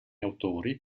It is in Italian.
autori